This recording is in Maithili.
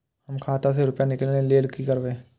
हम खाता से रुपया निकले के लेल की करबे?